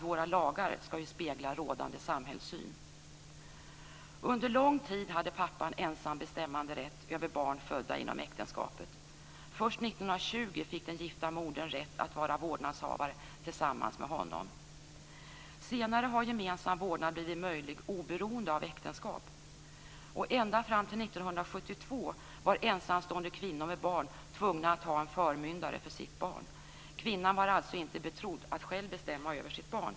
Våra lagar skall nämligen spegla rådande samhällssyn. Under lång tid hade pappan ensam bestämmanderätt över barn födda inom äktenskapet. Först 1920 fick den gifta modern rätt att vara vårdnadshavare tillsammans med honom. Senare har gemensam vårdnad blivit möjlig oberoende av äktenskap. Ända fram till 1972 var ensamstående kvinnor med barn tvungna att ha en förmyndare för sitt barn. Kvinnan var alltså inte betrodd att själv bestämma över sitt barn.